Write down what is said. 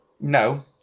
No